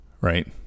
right